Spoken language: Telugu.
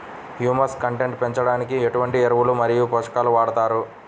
హ్యూమస్ కంటెంట్ పెంచడానికి ఎటువంటి ఎరువులు మరియు పోషకాలను వాడతారు?